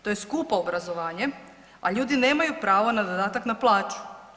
To je skupo obrazovanje, a ljudi nemaju pravo na dodatak na plaću.